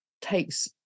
takes